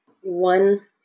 One